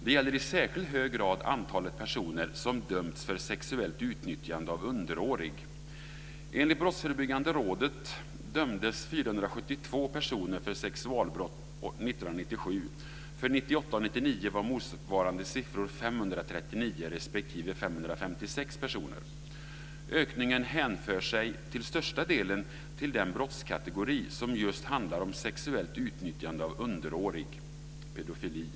Det gäller i särskilt hög grad antalet personer som dömts för sexuellt utnyttjande av underårig. Ökningen hänför sig till största delen till den brottskategori som just handlar om sexuellt utnyttjande av underårig, pedofili.